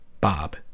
Bob